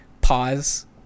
pause